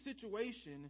situation